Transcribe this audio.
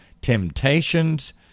temptations